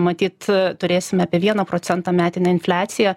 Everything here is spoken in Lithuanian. matyt turėsime apie vieną procentą metinę infliaciją